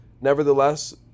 Nevertheless